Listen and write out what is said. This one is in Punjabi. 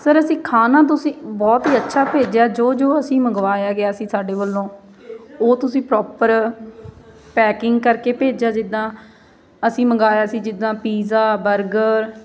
ਸਰ ਅਸੀਂ ਖਾਣਾ ਤੁਸੀਂ ਬਹੁਤ ਹੀ ਅੱਛਾ ਭੇਜਿਆ ਜੋ ਜੋ ਅਸੀਂ ਮੰਗਵਾਇਆ ਗਿਆ ਸੀ ਸਾਡੇ ਵੱਲੋਂ ਉਹ ਤੁਸੀਂ ਪ੍ਰੋਪਰ ਪੈਕਿੰਗ ਕਰਕੇ ਭੇਜਿਆ ਜਿੱਦਾਂ ਅਸੀਂ ਮੰਗਵਾਇਆ ਸੀ ਜਿੱਦਾਂ ਪੀਜ਼ਾ ਬਰਗਰ